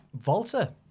Volta